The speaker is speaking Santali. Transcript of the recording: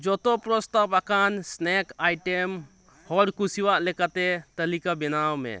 ᱡᱚᱛᱚ ᱯᱨᱚᱥᱛᱟᱵ ᱟᱠᱟᱱ ᱥᱱᱮᱠ ᱟᱭᱴᱮᱢ ᱦᱚᱲ ᱠᱩᱥᱤᱭᱟᱜ ᱞᱮᱠᱟᱛᱮ ᱛᱟᱹᱞᱤᱠᱟ ᱵᱮᱱᱟᱣ ᱢᱮ